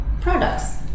products